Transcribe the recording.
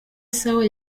sawa